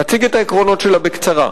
אציג את העקרונות שלה בקצרה.